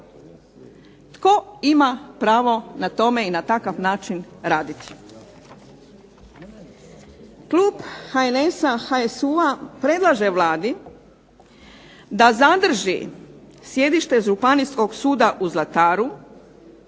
Tko ima pravo na tome i na takav način raditi. Klub HNS-a, HSU-a predlaže Vladi da zadrži sjedište županijskog suda u Zlataru,